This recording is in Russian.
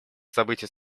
событий